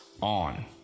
on